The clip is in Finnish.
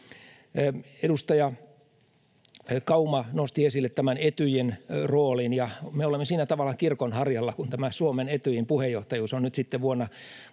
Edustaja Kauma nosti esille Etyjin rooliin: Me olemme siinä tavallaan kirkon harjalla, kun Suomen Etyjin puheenjohtajuus on nyt sitten vuonna